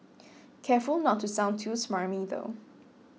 careful not to sound too smarmy though